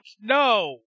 No